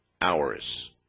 hours